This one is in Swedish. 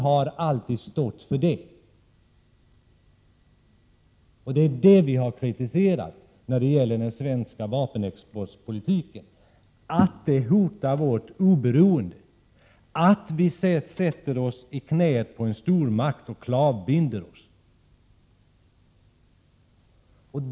När det gäller den svenska vapenexportpolitiken har vpk alltid kritiserat det som hotar Sveriges oberoende, som sätter oss i knä på en stormakt och som klavbinder oss.